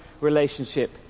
relationship